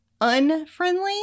unfriendly